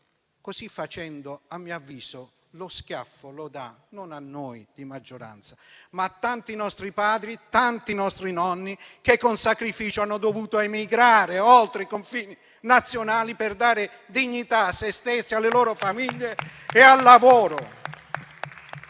Così facendo, a mio avviso, lo schiaffo lo dà non a noi di maggioranza, ma a tanti nostri padri e a tanti nostri nonni, che con sacrificio hanno dovuto emigrare oltre i confini nazionali per dare dignità a se stessi, alle loro famiglie e al lavoro.